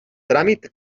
tràmit